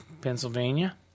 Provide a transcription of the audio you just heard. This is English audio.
Pennsylvania